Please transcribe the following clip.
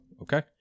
okay